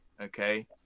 okay